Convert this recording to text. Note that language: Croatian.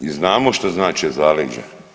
I znamo šta znače zaleđa.